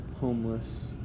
homeless